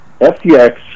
FTX